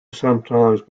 sometimes